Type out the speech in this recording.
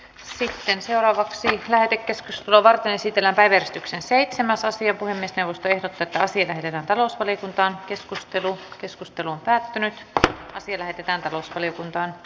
siten seuraavaksi lähde keskislovan esitellä päivystyksen seitsemän sasi oli neste voi tehdä totta siitä hyvän talouspolitiikan keskustelu keskustelu on päättynyt ja asia lähetettiin valtiovarainvaliokuntaan